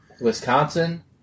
Wisconsin